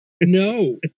No